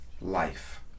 life